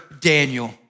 Daniel